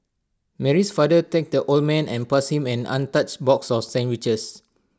Mary's father thanked the old man and passed him an untouched box of sandwiches